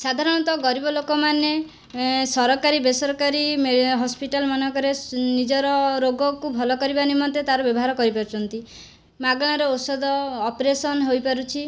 ସାଧାରଣତଃ ଗରିବ ଲୋକମାନେ ଏଁ ସରକାରୀ ବେସରକାରୀ ମେ ହସ୍ପିଟାଲ ମାନଙ୍କରେ ନିଜର ରୋଗକୁ ଭଲ କରିବା ନିମନ୍ତେ ତାର ବ୍ୟବହାର କରିପାରୁଛନ୍ତି ମାଗଣାରେ ଔଷଧ ଅପରେସନ ହୋଇପାରୁଛି